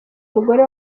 umugore